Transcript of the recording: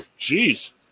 Jeez